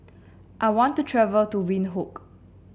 I want to travel to Windhoek